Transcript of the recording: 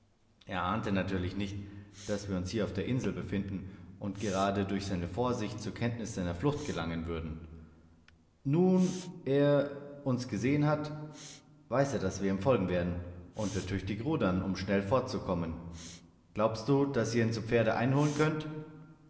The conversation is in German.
er ahnte natürlich nicht daß wir uns hier auf der insel befinden und gerade durch seine vorsicht zur kenntnis seiner flucht gelangen würden nun er uns gesehen hat weiß er daß wir ihm folgen werden und wird tüchtig rudern um schnell fortzukommen glaubst du daß ihr ihn zu pferde einholen könnt